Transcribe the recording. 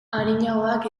arinagoak